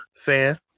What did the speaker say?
fan